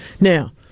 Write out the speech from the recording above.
Now